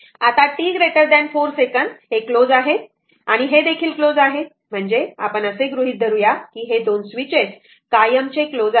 आता t 4 second हे close आहे हे क्लोज आहे आणि हे देखील क्लोज आह म्हणजे आपण असे गृहीत धरू या की हे 2 स्विचेस कायमचे क्लोज आहेत